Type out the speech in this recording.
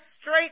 straight